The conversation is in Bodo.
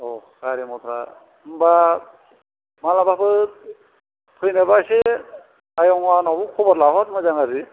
औ गारि मथरा होनबा मालाबाफोर फैनोबा एसे आयंआ आंनावबो खबर लाहर मोजां गाज्रि